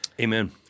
Amen